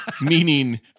Meaning